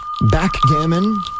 Backgammon